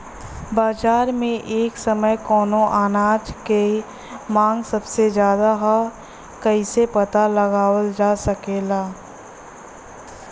बाजार में एक समय कवने अनाज क मांग सबसे ज्यादा ह कइसे पता लगावल जा सकेला?